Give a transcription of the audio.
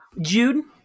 Jude